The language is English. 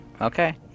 Okay